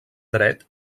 dret